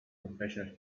professional